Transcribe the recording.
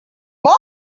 bar